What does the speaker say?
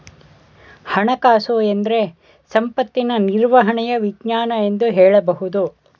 ಹಣಕಾಸುಎಂದ್ರೆ ಸಂಪತ್ತಿನ ನಿರ್ವಹಣೆಯ ವಿಜ್ಞಾನ ಎಂದು ಹೇಳಬಹುದು